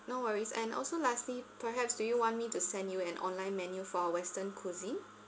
no worries and also lastly perhaps do you want me to send you an online menu for our western cuisine